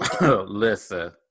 Listen